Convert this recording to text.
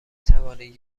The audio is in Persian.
توانید